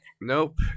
Nope